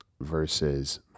versus